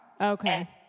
Okay